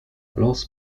los